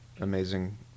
amazing